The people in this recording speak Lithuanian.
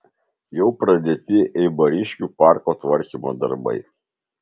jau pradėti eibariškių parko tvarkymo darbai